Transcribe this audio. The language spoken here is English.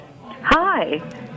Hi